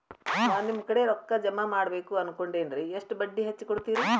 ನಾ ನಿಮ್ಮ ಕಡೆ ರೊಕ್ಕ ಜಮಾ ಮಾಡಬೇಕು ಅನ್ಕೊಂಡೆನ್ರಿ, ಎಷ್ಟು ಬಡ್ಡಿ ಹಚ್ಚಿಕೊಡುತ್ತೇರಿ?